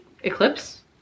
eclipse